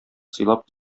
сыйлап